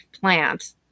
plant